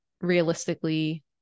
realistically